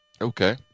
Okay